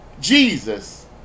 Jesus